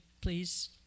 Please